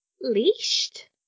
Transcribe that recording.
leashed